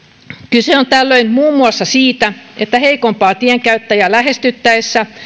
kyse on tällöin muun muassa siitä että heikompaa tienkäyttäjää lähestyttäessä